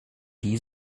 die